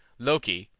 loki,